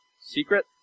secret